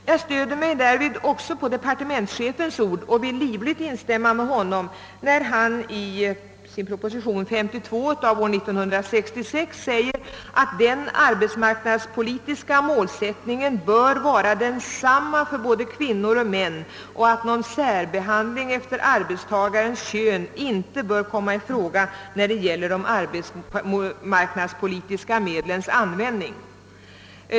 Jag stöder mig därvid även på departementschefens ord och vill livligt instämma med honom, när han i proposition 52 år 1966 säger att den arbetsmarknadspolitiska målsättningen bör vara densamma för både kvinnor och män och att någon särbehandling efter arbetstagarens kön inte bör komma i fråga när det gäller de arbetsmarknadspolitiska medlens användning.